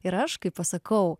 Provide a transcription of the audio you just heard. ir aš kai pasakau